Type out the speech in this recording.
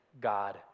God